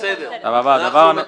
בסדר, אנחנו מתקנים.